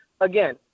Again